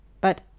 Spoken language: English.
But